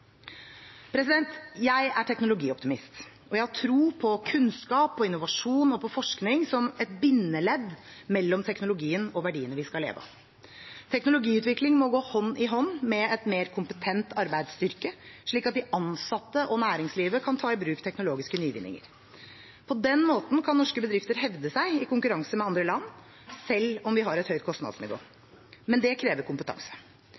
Jeg er teknologioptimist, og jeg har tro på kunnskap, på innovasjon og på forskning som et bindeledd mellom teknologien og verdiene vi skal leve av. Teknologiutvikling må gå hånd i hånd med en mer kompetent arbeidsstyrke, slik at de ansatte og næringslivet kan ta i bruk teknologiske nyvinninger. På den måten kan norske bedrifter hevde seg i konkurranse med andre land, selv om vi har et høyt lønnsnivå. Men det krever kompetanse.